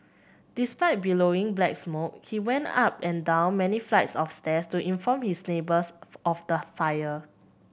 despite billowing black smoke he went up and down many flights of stairs to inform his neighbours of the fire